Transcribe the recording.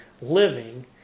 living